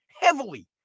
Heavily